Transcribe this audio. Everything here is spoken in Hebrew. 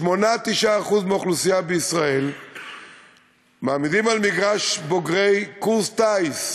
8% 9% מהאוכלוסייה בישראל מעמידים על מגרש בוגרי קורס טיס,